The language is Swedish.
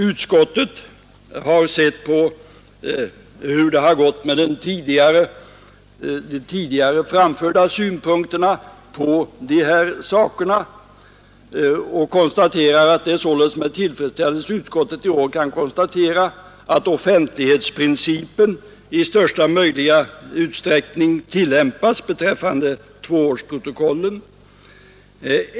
Utskottet har sett på hur det har gått med de tidigare framförda synpunkterna och konstaterar med tillfredsställelse att offentlighetsprincipen i största möjliga utsträckning tillämpas beträffande tvåårsprotokollen.